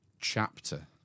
Chapter